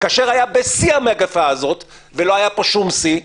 כאשר היה בשיא המגפה הזאת ולא היה פה שום שיא,